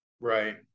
Right